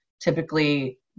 Typically